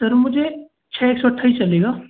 sir मुझे छः सौ अट्ठाईस चलेगा